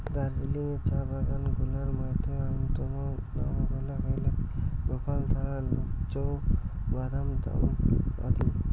দার্জিলিং চা বাগান গুলার মইধ্যে অইন্যতম নাম গুলা হইলেক গোপালধারা, লোপচু, বাদামতাম আদি